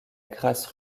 grâce